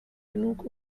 genug